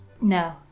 No